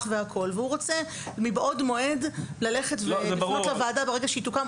והוא רוצה מבעוד מועד ללכת לוועדה ברגע שהיא תוקם,